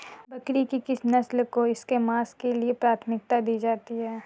बकरी की किस नस्ल को इसके मांस के लिए प्राथमिकता दी जाती है?